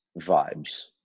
vibes